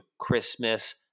Christmas